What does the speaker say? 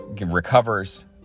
recovers